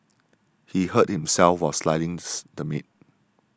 he hurt himself while slicing the meat